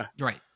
Right